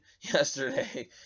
yesterday